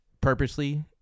purposely